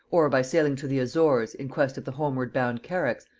or by sailing to the azores in quest of the homeward-bound carracks,